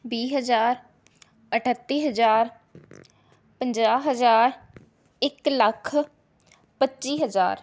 ਵੀਹ ਹਜ਼ਾਰ ਅਠੱਤੀ ਹਜ਼ਾਰ ਪੰਜਾਹ ਹਜ਼ਾਰ ਇੱਕ ਲੱਖ ਪੱਚੀ ਹਜ਼ਾਰ